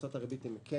הוצאות הריבית הן כן